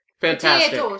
Fantastic